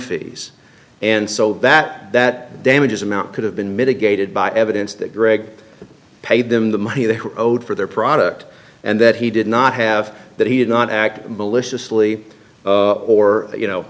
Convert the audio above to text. fees and so that that damages amount could have been mitigated by evidence that greg paid them the money they were owed for their product and that he did not have that he did not act maliciously or you know